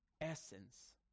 essence